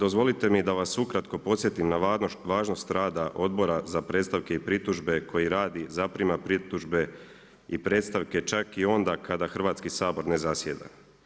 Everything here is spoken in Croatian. Dozvolite mi da vas ukratko podsjetim na važnost rada Odbora za predstavke i pritužbe koji radi, zaprima pritužbe i predstavke, čak i onda kada Hrvatski sabor ne zasjeda.